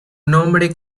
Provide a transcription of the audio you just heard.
nombre